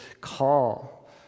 call